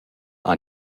han